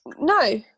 No